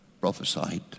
prophesied